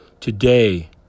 today